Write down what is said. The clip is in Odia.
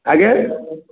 ଆଜ୍ଞା